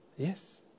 Yes